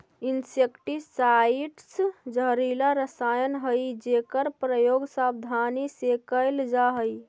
insecticides जहरीला रसायन हई जेकर प्रयोग सावधानी से कैल जा हई